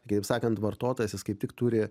kitaip sakant vartotojas jis kaip tik turi